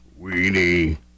Weenie